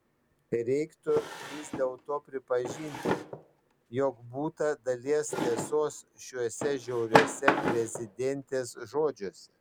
reiktų vis dėlto pripažinti jog būta dalies tiesos šiuose žiauriuose prezidentės žodžiuose